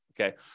Okay